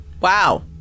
Wow